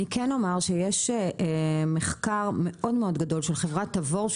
אני כן אומר שיש מחקר מאוד-מאוד גדול של חברת תבור,